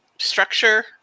structure